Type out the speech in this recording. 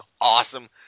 awesome